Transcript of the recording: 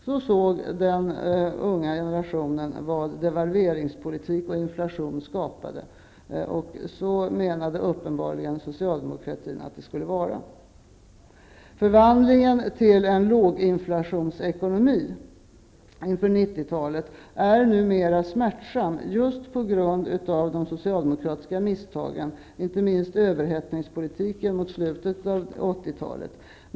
Så såg den unga generationen vad devalveringspolitik och inflation skapade, och så menade uppenbarligen socialdemokratin att det skulle vara. Förvandlingen till en låginflationsekonomi inför 90-talet är numera smärtsam just på grund av de socialdemokratiska misstagen, inte minst överhettningspolitiken mot slutet av 80-talet.